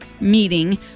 meeting